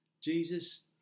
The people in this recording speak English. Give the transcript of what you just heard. jesus